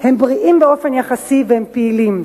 הם בריאים באופן יחסי והם פעילים.